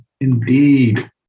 Indeed